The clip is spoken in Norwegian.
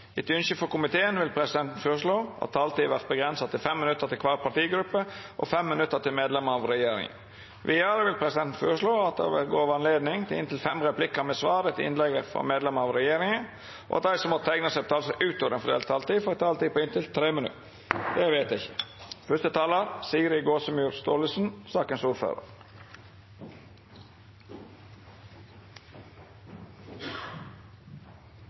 Etter ynske frå kommunal- og forvaltningskomiteen vil presidenten føreslå at taletida vert avgrensa til 5 minutt til kvar partigruppe og 5 minutt til medlemer av regjeringa. Vidare vil presidenten føreslå at det vert gjeve anledning til replikkordskifte på inntil fem replikkar med svar etter innlegg frå medlemer av regjeringa, og at dei som måtte teikna seg på talarlista utover den fordelte taletida, får ei taletid på inntil 3 minutt. – Det